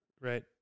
Right